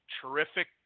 terrific